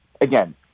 again